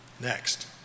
Next